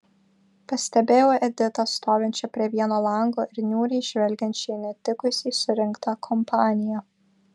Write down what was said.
pastebėjau editą stovinčią prie vieno lango ir niūriai žvelgiančią į netikusiai surinktą kompaniją